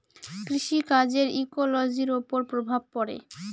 কৃষি কাজের ইকোলোজির ওপর প্রভাব পড়ে